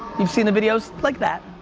you've seen the videos? like that.